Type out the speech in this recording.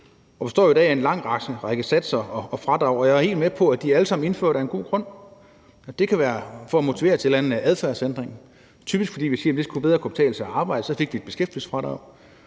og består jo i dag af en lang række satser og fradrag, og jeg er helt med på, at de alle sammen er indført af en god grund. Det kan være for at motivere til en eller anden adfærdsændring, typisk fordi vi siger, at det bedre skal kunne betale sig at arbejde. Så fik vi et beskæftigelsesfradrag.